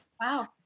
Wow